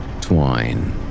twine